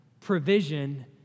provision